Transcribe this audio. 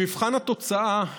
במבחן התוצאה,